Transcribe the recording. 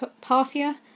Parthia